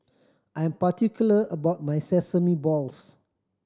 I'm particular about my sesame balls